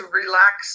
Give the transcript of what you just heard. relax